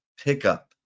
pickup